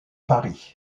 paris